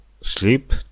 sleep